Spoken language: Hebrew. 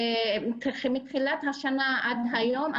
מתחילת השנה ועד היום,